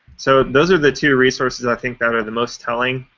so, those are the two resources, i think, that are the most telling.